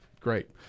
Great